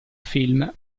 film